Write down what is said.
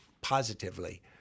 positively